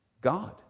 God